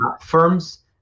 firms